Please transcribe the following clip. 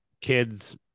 kid's